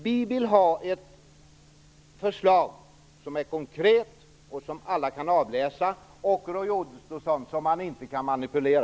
Vi vill ha ett förslag som är konkret, som alla kan avläsa och, Roy Ottosson, som man inte kan manipulera.